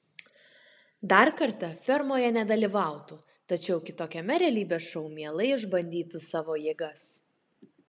dar kartą fermoje nedalyvautų tačiau kitokiame realybės šou mielai išbandytų savo jėgas